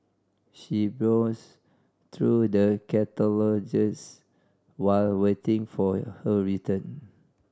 she browsed through the catalogues while waiting for her turn